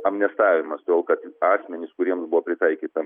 amnestavimas todėl kad asmenys kuriems buvo pritaikyta